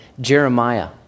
Jeremiah